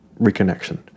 reconnection